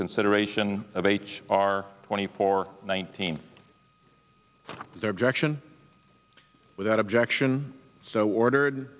consideration of h r twenty four nineteen their objection without objection so ordered